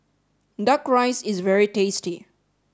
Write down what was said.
Duck Rice is very tasty